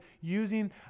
using